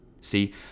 See